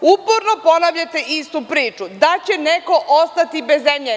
Uporno ponavljate istu priču, da će neko ostati bez zemlje.